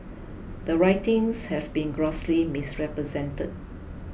the writings have been grossly misrepresented